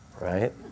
right